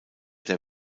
der